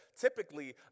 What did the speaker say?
typically